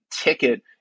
ticket